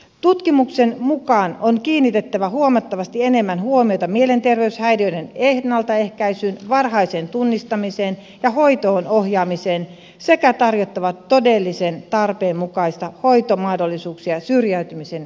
tutkimuksen mukaan on kiinnitettävä huomattavasti enemmän huomiota mielenterveyshäiriöiden ennaltaehkäisyyn varhaiseen tunnistamiseen ja hoitoon ohjaamiseen sekä tarjottava todellisen tarpeen mukaisia hoitomahdollisuuksia syrjäytymisen vähentämiseksi